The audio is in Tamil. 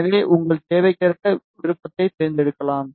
எனவே உங்கள் தேவைக்கேற்ப விருப்பத்தைத் தேர்ந்தெடுக்கலாம்